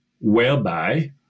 whereby